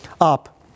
up